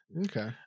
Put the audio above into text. Okay